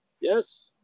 yes